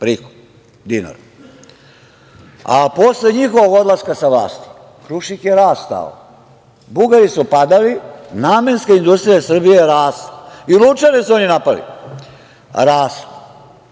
prihod, u dinarima, a posle njihovog odlaska sa vlasti, Krušik je rastao. Bugari su padali, namenska industrija Srbije je rasla i Lučane su oni napadali. Poraslo